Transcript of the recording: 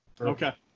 Okay